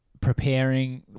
preparing